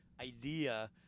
idea